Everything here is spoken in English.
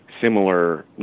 similar